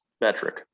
metric